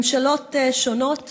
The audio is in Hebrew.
ממשלות שונות